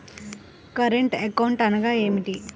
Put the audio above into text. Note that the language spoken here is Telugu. కరెంట్ అకౌంట్ అనగా ఏమిటి?